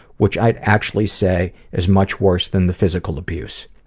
which i'd actually say is much worse than the physical abuse.